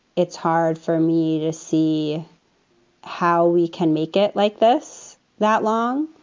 it's hard for me to see how we can make it like this that long.